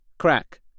Crack